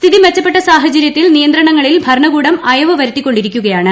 സ്ഥിതിമെച്ചപ്പെട്ട സാഹചര്യത്തിൽ നിയന്ത്രണങ്ങളിൽഭരണകൂ ടംഅയവ്വരുത്തിക്കൊണ്ടിരിക്കുകയാണ്